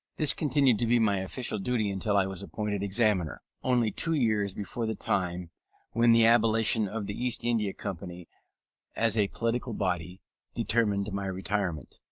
this continued to be my official duty until i was appointed examiner, only two years before the time when the abolition of the east india company as a political body determined my retirement.